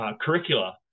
curricula